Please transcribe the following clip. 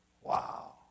wow